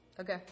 Okay